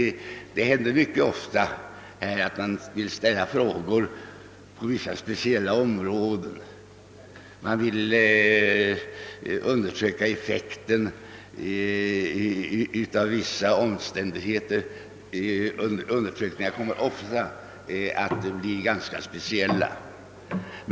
Det händer mycket ofta att man vill ställa frågor på vissa speciella områden: man vill exempelvis undersöka effekten av vissa omständigheter på ett valresultat. Undersökningarna kommer ofta att bli ganska speciella.